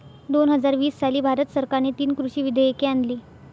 दोन हजार वीस साली भारत सरकारने तीन कृषी विधेयके आणली